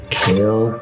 kill